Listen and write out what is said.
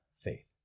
faith